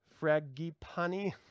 Fragipani